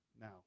now